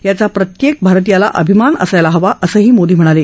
याचा प्रत्येक भारतीयाला अभिमान असायला हवा असंही मोदी म्हणाले